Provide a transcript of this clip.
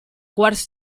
quarts